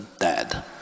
dead